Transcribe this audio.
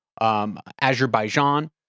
Azerbaijan